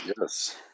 Yes